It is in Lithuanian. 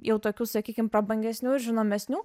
jau tokių sakykim prabangesnių ir žinomesnių